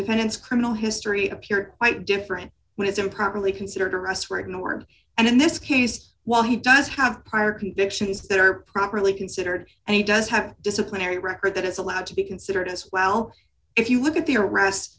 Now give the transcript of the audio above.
defendants criminal history appeared quite different when it's improperly considered arrests were ignored and in this case while he does have prior convictions that are properly considered and he does have disciplinary record that is allowed to be considered as well if you look at the arrest